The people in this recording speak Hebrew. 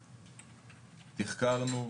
תחקרנו,